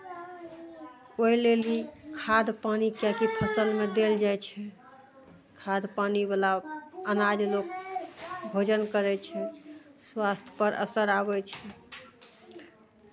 ओही लेल ही खाद पानि किएकि फसलमे देल जाइ छै खाद पानिवला अनाज लोक भोजन करै छै स्वास्थ्यपर असर आबै छै